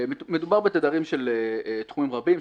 מדובר בתדרים של תחומים רבים,